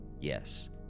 Yes